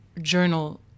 journal